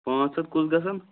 پانٛژھ ہَتھ کُس گژھان